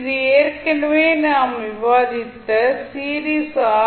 இது ஏற்கனவே நாம் விவாதித்த சீரிஸ் ஆர்